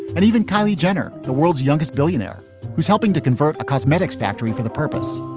and even kylie jenner, the world's youngest billionaire who's helping to convert a cosmetics factory for the purpose.